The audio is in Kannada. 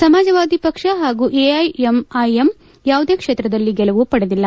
ಸಮಾಜವಾದಿ ಪಕ್ಷ ಹಾಗೂ ಎಐಎಂಐಎಂ ಯಾವುದೇ ಕ್ಷೇತ್ರದಲ್ಲೂ ಗೆಲುವು ಪಡೆದಿಲ್ಲ